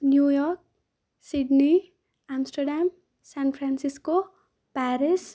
New York Sydney Amsterdam San Francisco Paris